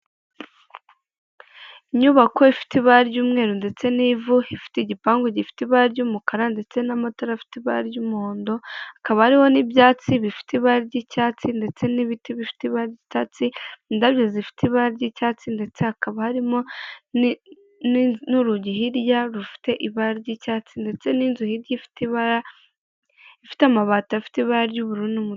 Inyubako ifite ibara ry'umweru ndetse n'ivu ifite igipangu gifite ibara ry'umukara ndetse n'amatara afite ibara ry'umuhondo, hakaba hariho n'ibyatsi bifite ibara ry'icyatsi ndetse n'ibiti bifite ibara ry'icyatsi indabyo zifite ibara ry'icyatsi ndetse hakaba harimo n'urugi hirya rufite ibara ry'icyatsi ndetse n'inzu hirya ifite ibara ifite amabati afite ibara ry'ubururu n'umutuku.